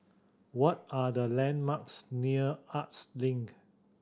what are the landmarks near Arts Link